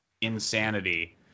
insanity